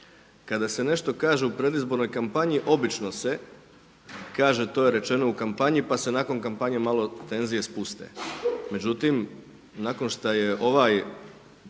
Kada se nešto kaže u predizbornoj kampanji obično se kaže to je rečeno u kampanji pa se nakon kampanje malo tenzije spuste.